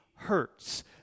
hurts